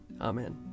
Amen